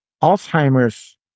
Alzheimer's